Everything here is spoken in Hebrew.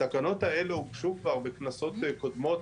התקנות האלה הוגשו כבר בכנסות קודמות,